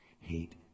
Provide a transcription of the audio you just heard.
Hate